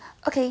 okay